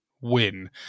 win